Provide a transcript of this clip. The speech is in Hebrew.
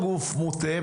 מוטה,